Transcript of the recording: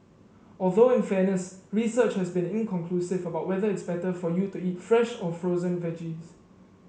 although in fairness research has been inconclusive about whether it's better for you to eat fresh or frozen veggies